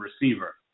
receiver